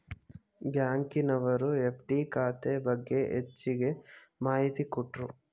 ಬ್ಯಾಂಕಿನವರು ಎಫ್.ಡಿ ಖಾತೆ ಬಗ್ಗೆ ಹೆಚ್ಚಗೆ ಮಾಹಿತಿ ಕೊಟ್ರು